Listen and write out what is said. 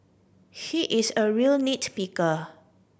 he is a real nit picker